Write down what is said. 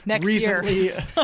recently